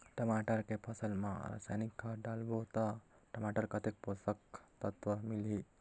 टमाटर के फसल मा रसायनिक खाद डालबो ता टमाटर कतेक पोषक तत्व मिलही?